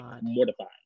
mortified